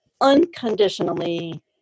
unconditionally